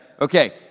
Okay